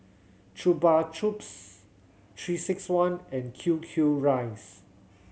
Chupa Chups Three Six One and Q Q Rice